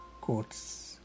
quotes